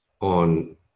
on